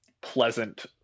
pleasant